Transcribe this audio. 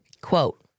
Quote